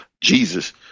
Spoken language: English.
Jesus